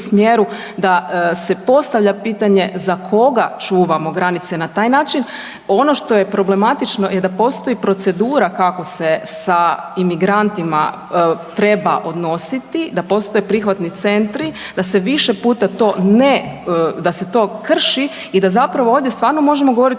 smjeru da se postavlja pitanje za koga čuvamo granice na taj način. Ono što je problematično je da postoji procedura kako se sa imigrantima treba odnositi, da postoje prihvatni centri, da se više puta to ne, da se to krši i da zapravo ovdje stvarno možemo govoriti